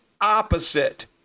opposite